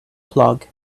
plug